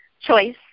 choice